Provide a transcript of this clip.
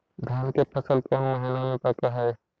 धान के फसल कौन महिना मे पक हैं?